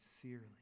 sincerely